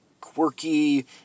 quirky